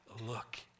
look